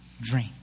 dream